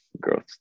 growth